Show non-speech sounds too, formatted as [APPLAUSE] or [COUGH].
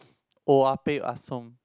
[NOISE] oya-beh-ya-som